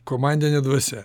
komandinė dvasia